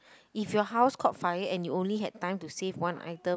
if your house caught fire and you only had time to save one item